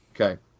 Okay